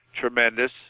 tremendous